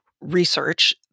research